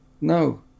No